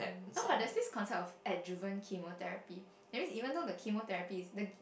no but that's this concept of ad driven chemotherapy that means even though the chemotherapy is the